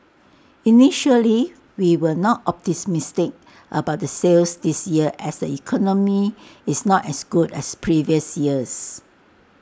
initially we were not optimistic about the sales this year as the economy is not as good as previous years